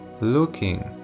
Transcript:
looking